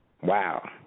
Wow